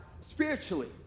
spiritually